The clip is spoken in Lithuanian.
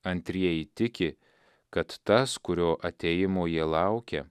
antrieji tiki kad tas kurio atėjimo jie laukia